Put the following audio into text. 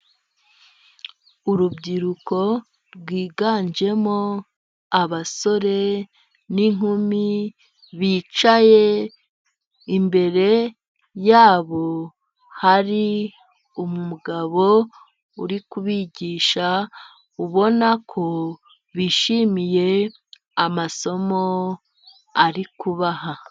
Urubyiruko rwiganjemo abasore n'inkumi bicaye, imbere yabo hari umugabo uri kubigisha , ubona ko bishimiye amasomo arikubaha.